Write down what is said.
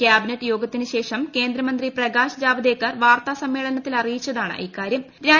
cabinet യോഗത്തിന് ശേഷം കേന്ദ്രമന്ത്രി പ്രകാശ് ജാവ്ദേക്കർ വാർത്താ സമ്മേളനത്തിൽ അറിയിച്ചതാണ് ഇക്കാര്യം